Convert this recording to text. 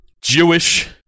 jewish